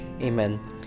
Amen